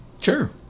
Sure